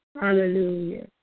hallelujah